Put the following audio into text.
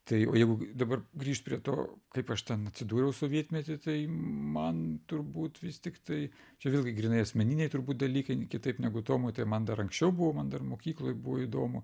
tai o jeigu dabar grįžt prie to kaip aš ten atsidūriau sovietmety tai man turbūt vis tiktai čia vėlgi grynai asmeniniai turbūt dalykai kitaip negu tomui tai man dar anksčiau buvo man dar mokykloj buvo įdomu